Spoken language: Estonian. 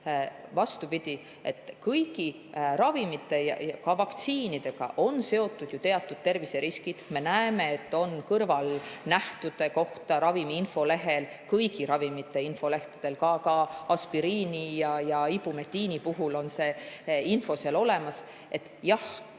Vastupidi, kõigi ravimite, ka vaktsiinidega on seotud ju teatud terviseriskid. Me näeme, et kõrvalnähtude kohta on info ravimi infolehel, kõigi ravimite infolehtedel, ka aspiriini ja ibumetiini puhul on see info seal olemas. Jah,